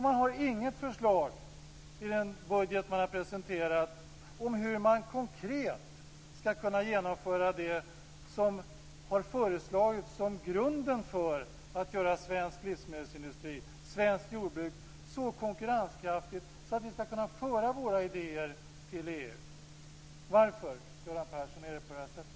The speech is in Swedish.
Man har inget förslag i den budget som man har presenterat om hur man konkret skall kunna genomföra det som har föreslagits som grunden för att göra svensk livsmedelsindustri och svenskt jordbruk så konkurrenskraftiga att vi skall kunna föra våra idéer till EU. Varför är det på det här sättet, Göran Persson?